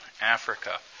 Africa